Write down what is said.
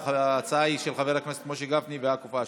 ההצעה היא של חברי הכנסת משה גפני ויעקב אשר.